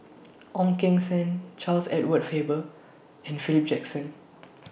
Ong Keng Sen Charles Edward Faber and Philip Jackson